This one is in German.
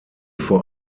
vor